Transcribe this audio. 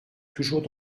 toujours